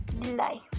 delay